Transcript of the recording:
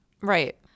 Right